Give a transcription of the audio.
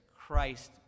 Christ